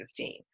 2015